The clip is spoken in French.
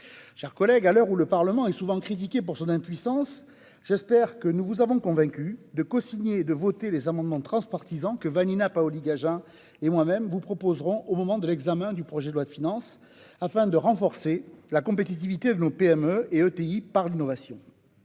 chers collègues, à l'heure où le Parlement est souvent critiqué pour son impuissance, j'espère que nous vous avons convaincus de cosigner et de voter les amendements transpartisans que nous vous proposerons, Vanina Paoli-Gagin et moi-même, au moment de l'examen du projet de loi de finances pour 2023, afin de renforcer la compétitivité de nos PME et ETI par l'innovation.